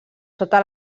sota